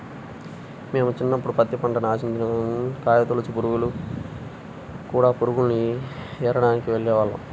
మేము చిన్నప్పుడు పత్తి పంటని ఆశించిన కాయతొలచు పురుగులు, కూడ పురుగుల్ని ఏరడానికి వెళ్ళేవాళ్ళం